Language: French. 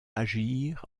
agir